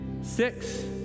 Six